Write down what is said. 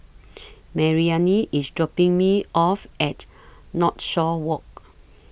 Maryanne IS dropping Me off At Northshore Walk